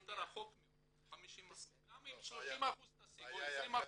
הלכת רחוק מאוד, 50%. גם אם 30% תשיג או 20%,